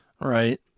right